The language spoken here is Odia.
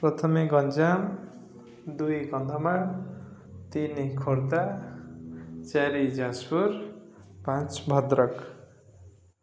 ପ୍ରଥମେ ଗଞ୍ଜାମ ଦୁଇ କନ୍ଧମାଳ ତିନି ଖୋର୍ଦ୍ଧା ଚାରି ଯାଜପୁର ପାଞ୍ଚ ଭଦ୍ରକ